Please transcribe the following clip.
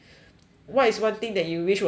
what is one thing that you wish was free